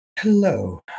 Hello